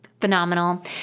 phenomenal